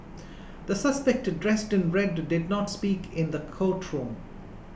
the suspect dressed in red did not speak in the courtroom